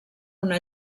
una